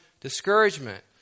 discouragement